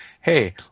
hey